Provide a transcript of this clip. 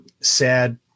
sad